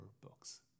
books